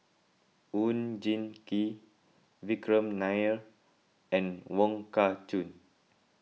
Oon Jin Gee Vikram Nair and Wong Kah Chun